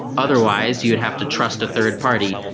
otherwise you'd have to trust a third party,